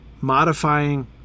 modifying